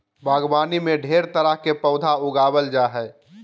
बागवानी में ढेर तरह के पौधा उगावल जा जा हइ